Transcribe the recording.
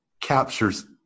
captures